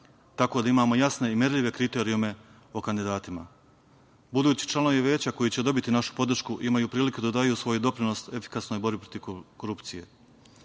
tako da imamo jasne i merljive kriterijume o kadidatima. Budući članovi veća koji će dobiti našu podršku imaju priliku da daju svoj doprinos efikasnoj borbi protiv korupcije.